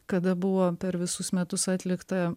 kada buvo per visus metus atlikta